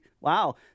Wow